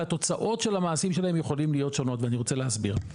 והתוצאות של המעשים שלהם יכולים להיות שונות ואני רוצה להסביר.